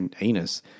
Anus